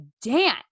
dance